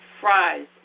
fries